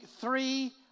three